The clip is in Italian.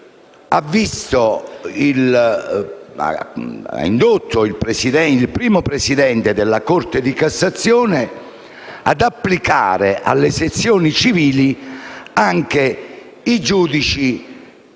ha indotto il primo presidente della Corte di cassazione ad applicare alle sezioni civili anche i giudici